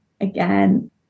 again